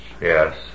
Yes